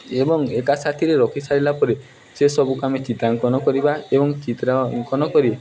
ଏବଂ ଏକା ସାଥିରେ ରଖି ସାରିଲା ପରେ ସେସବୁକୁ ଆମେ ଚିତ୍ରାଙ୍କନ କରିବା ଏବଂ ଚିତ୍ର ଅଙ୍କନ କରି